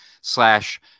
Slash